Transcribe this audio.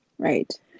Right